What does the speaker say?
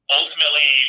ultimately